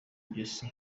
ngeso